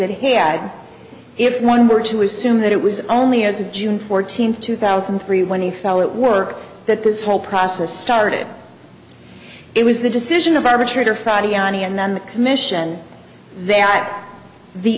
it had if one were to assume that it was only as of june fourteenth two thousand and three when he fell at work that this whole process started it was the decision of arbitrator friday jani and then the commission that the